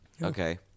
okay